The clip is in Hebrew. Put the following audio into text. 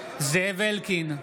בעד זאב אלקין,